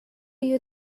you